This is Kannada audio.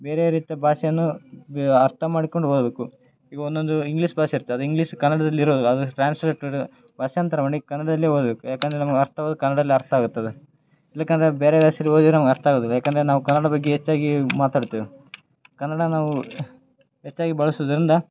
ಬೇರೆ ರೀತಿಯ ಭಾಷೆಯನ್ನೂ ಅರ್ಥ ಮಾಡಿಕೊಂಡು ಓದಬೇಕು ಈಗ ಒಂದೊಂದು ಇಂಗ್ಲೀಷ್ ಭಾಷೆ ಇರ್ತದೆ ಇಂಗ್ಲೀಷ್ ಕನ್ನಡದಲ್ಲಿ ಇರೋಲ್ಲ ಅದು ಟ್ರಾನ್ಸ್ಲೇಟಡ್ ಭಾಷಾಂತರ ಮಾಡಿ ಕನ್ನಡದಲ್ಲಿ ಓದಬೇಕು ಯಾಕಂದರೆ ನಮ್ಗೆ ಅರ್ಥ ಆಗುದು ಕನ್ನಡದಲ್ಲಿ ಅರ್ಥ ಆಗತ್ತೆ ಅದು ಏಕಂದರೆ ಬೇರೆ ಭಾಷೆಲಿ ಓದಿರೆ ನಮ್ಗೆ ಅರ್ಥ ಆಗುದಿಲ್ಲ ಯಾಕಂದರೆ ನಾವು ಕನ್ನಡ ಬಗ್ಗೆ ಹೆಚ್ಚಾಗಿ ಮಾತಾಡುತ್ತೇವೆ ಕನ್ನಡ ನಾವು ಹೆಚ್ಚಾಗಿ ಬಳಸುವುದರಿಂದ